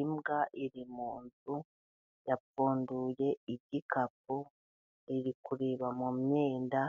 Imbwa iri mu nzu yapfunduye igikapu iri kureba mu myenda,